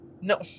No